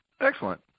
Excellent